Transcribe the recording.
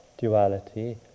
duality